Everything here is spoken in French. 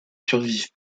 survivent